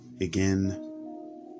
again